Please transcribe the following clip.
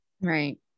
Right